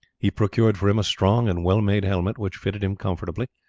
he procured for him a strong and well-made helmet which fitted him comfortably,